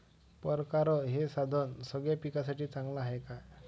परकारं हे साधन सगळ्या पिकासाठी चांगलं हाये का?